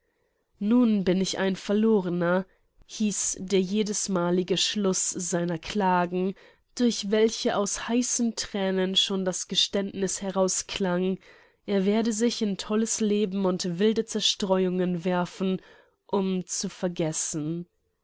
nun bin ich ein verlorener hieß der jedesmalige schluß seiner klagen durch welche aus heißen thränen schon das geständniß herausklang er werde sich in tolles leben und wilde zerstreuungen werfen um zu vergessen